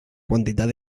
quantitat